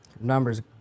Numbers